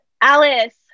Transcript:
alice